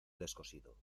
descosido